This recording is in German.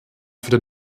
für